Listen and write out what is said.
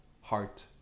heart